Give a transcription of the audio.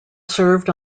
served